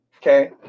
Okay